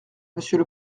monsieur